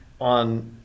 on